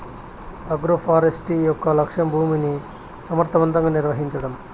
agroforestry యొక్క లక్ష్యం భూమిని సమర్ధవంతంగా నిర్వహించడం